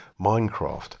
Minecraft